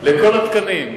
לכל התקנים.